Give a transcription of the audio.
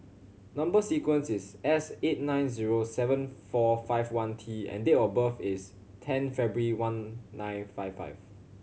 number sequence is S eight nine zero seven four five one T and date of birth is ten February one nine five five